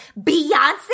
Beyonce